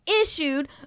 issued